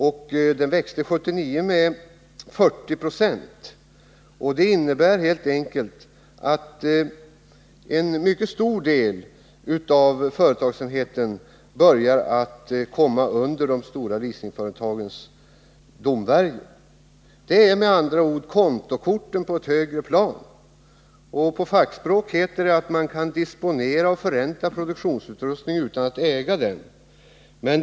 År 1979 växte den med 40 96. Det innebär att en mycket stor del av företagsamheten börjar falla under de stora leasingföretagens domvärjo. Det är med andra ord kontokorten på ett högre plan. På fackspråk heter det att man kan disponera och förränta produktionsutrustning utan att äga den.